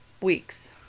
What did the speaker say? weeks